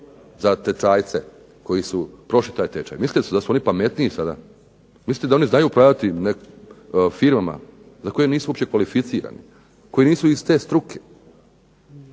za tečajce koji su prošli taj tečaj. Mislite li da su oni pametniji sada? Mislite da oni znaju upravljati firmama za koje uopće nisu kvalificirani, koji uopće nisu iz te struke